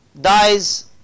dies